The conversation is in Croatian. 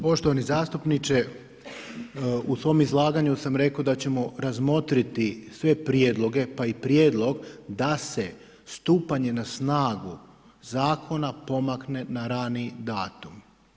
Poštovani zastupniče, u svom izlaganju sam rekao da ćemo razmotriti sve prijedloge pa i prijedlog da se stupanje na snagu zakona pomakne na rani datum.